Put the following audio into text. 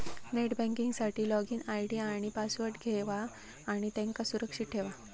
net banking साठी login ID आणि password घेवा आणि त्यांका सुरक्षित ठेवा